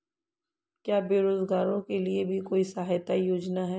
क्या बेरोजगारों के लिए भी कोई सहायता योजना है?